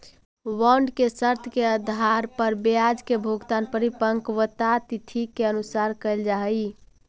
bond के शर्त के आधार पर ब्याज के भुगतान परिपक्वता तिथि के अनुसार कैल जा हइ